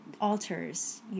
alters